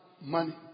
money